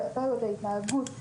ההתנהגות,